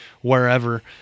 wherever